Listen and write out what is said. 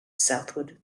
southward